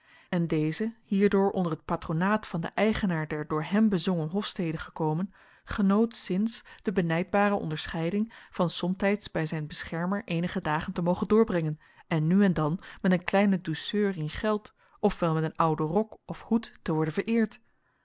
en deze hierdoor onder het patronaat van den eigenaar der door hem bezongen hofstede gekomen genoot sinds de benijdbare onderscheiding van somtijds bij zijn beschermer eenige dagen te mogen doorbrengen en nu en dan met een kleine douceur in geld of wel met een ouden rok of hoed te worden vereerd